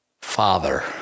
Father